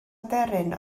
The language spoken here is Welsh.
aderyn